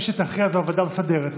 מי שתכריע זו הוועדה המסדרת.